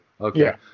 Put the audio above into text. okay